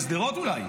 לשדרות אולי.